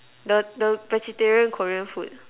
the the vegetarian Korean food